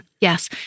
Yes